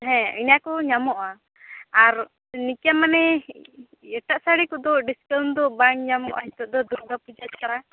ᱦᱮᱸ ᱤᱱᱟᱹᱠᱚ ᱧᱟᱢᱚᱜᱼᱟ ᱟᱨ ᱱᱚᱝᱠᱟ ᱢᱟᱱᱮ ᱮᱴᱟᱜ ᱥᱟᱹᱲᱤ ᱠᱚᱫᱚ ᱰᱤᱥᱠᱟᱣᱩᱱ ᱫᱚ ᱵᱟᱝ ᱧᱟᱢᱚᱜᱼ ᱟ ᱱᱤᱛᱳᱜ ᱫᱚ ᱫᱩᱨᱜᱟᱹᱯᱩᱡᱟᱹ ᱪᱷᱟᱲᱟ